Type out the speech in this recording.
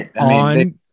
on